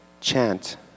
chant